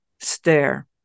stare